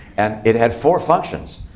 and it had four functions.